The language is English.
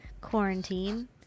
Quarantine